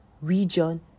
region